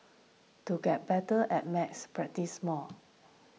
to get better at maths practise more